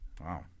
Wow